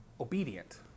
obedient